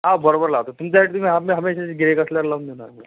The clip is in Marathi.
हां बरोबर लावतो तुमच्यासारखे हमे हमेशाचे गिऱ्हाईक असल्यावर लावून देणार ना